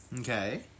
Okay